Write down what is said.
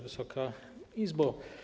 Wysoka Izbo!